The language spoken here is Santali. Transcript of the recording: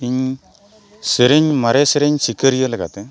ᱤᱧ ᱥᱮᱨᱮᱧ ᱢᱟᱨᱮ ᱥᱮᱨᱮᱧ ᱥᱤᱠᱟᱹᱨᱤᱭᱟᱹ ᱞᱮᱠᱟᱛᱮ